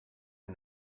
and